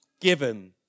given